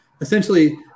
essentially